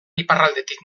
iparraldetik